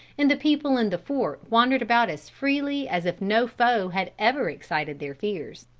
and the people in the fort wandered about as freely as if no foe had ever excited their fears.